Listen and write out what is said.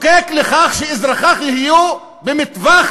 משתוקק לכך שאזרחיו יהיו במטווח